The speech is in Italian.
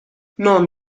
non